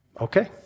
Okay